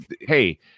Hey